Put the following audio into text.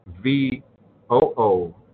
V-O-O